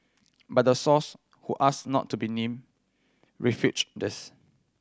but the source who asked not to be named refuted this